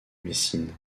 messine